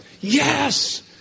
Yes